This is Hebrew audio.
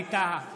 ווליד טאהא,